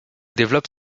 développe